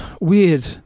weird